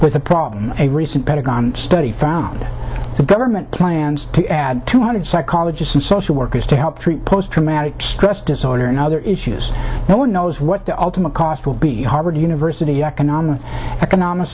with a problem a recent pentagon study found the government plans to add two hundred psychologists and social workers to help treat post traumatic stress disorder and other issues no one knows what the ultimate cost will be harvard university economics economic